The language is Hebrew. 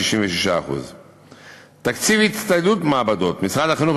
66%. תקציב הצטיידות מעבדות: משרד החינוך